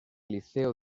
liceo